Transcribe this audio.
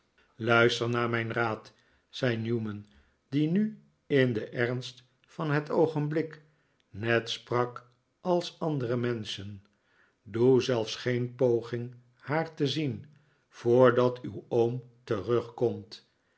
luister naar mijn raad zei newman die nu in den ernst van het oogenblik net sprak als andere menschen doe zelfs geen poging haar te zien voordat uw oom terugkomt